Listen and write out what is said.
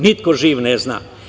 Niko živ ne zna.